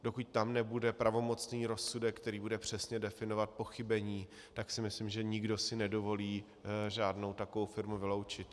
Dokud tam nebude pravomocný rozsudek, který bude přesně definovat pochybení, tak si myslím, že si nikdo nedovolí žádnou takovou firmu vyloučit.